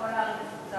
בכל הערים מסובסד,